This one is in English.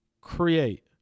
create